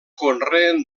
conreen